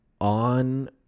on